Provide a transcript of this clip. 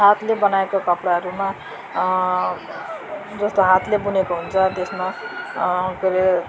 हातले बनाएको कपडाहरूमा जस्तो हातले बुनेको हुन्छ त्यसमा के अरे